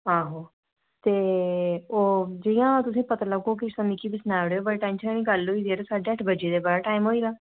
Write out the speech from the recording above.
आहो ते ओह् जि'यां तुसें ई पता लग्गग किश तां मिकी बी सनाई ओड़ेओ बड़ी टैंशन आह्ली गल्ल होई दी ऐ ते साड्ढे अट्ठ बज्जी दे बड़ा टाइम होई गेदा